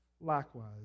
likewise